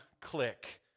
click